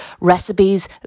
recipes